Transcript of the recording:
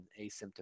asymptomatic